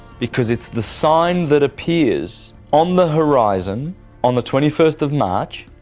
because its the sign that appears on the horizon on the twenty first of march,